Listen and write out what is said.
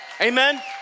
Amen